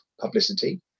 publicity